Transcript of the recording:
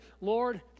Lord